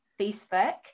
Facebook